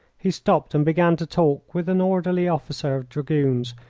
he stopped and began to talk with an orderly officer of dragoons,